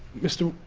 mr.